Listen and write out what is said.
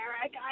Eric